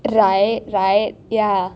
right right ya